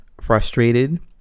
frustrated